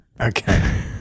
okay